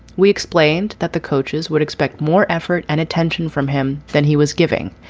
we explained that the coaches would expect more effort and attention from him than he was giving.